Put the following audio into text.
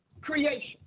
creation